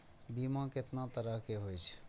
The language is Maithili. बीमा केतना तरह के हाई छै?